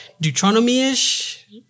Deuteronomy-ish